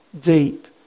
Deep